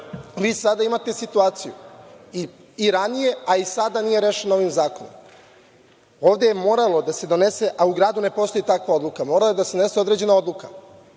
ne valja? Imate situaciju i ranije, a i sada nije rešeno ovim zakonom, ovde je moralo da se donese, a u gradu ne postoji takva odluka, morala je da se donese određena odluka.